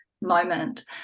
moment